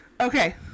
Okay